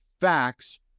facts